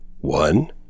one